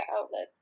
outlets